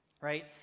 right